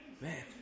man